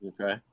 Okay